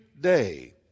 day